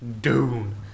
dune